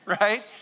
right